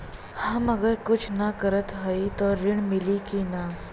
हम अगर कुछ न करत हई त ऋण मिली कि ना?